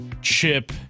Chip